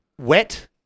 wet